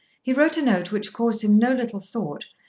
he wrote a note, which caused him no little thought,